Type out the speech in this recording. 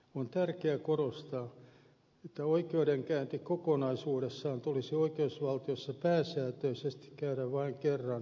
on tärkeää korostaa että oikeudenkäynti kokonaisuudessaan tulisi oikeusvaltiossa pääsääntöisesti käydä vain kerran alioikeudessa